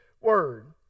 word